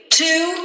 two